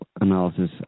analysis